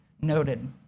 noted